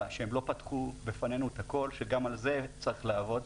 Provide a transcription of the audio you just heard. שהם לא פתחו בפנינו את הכל שגם על זה צריך לעבוד,